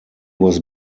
was